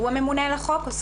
הוא הממונה על החוק,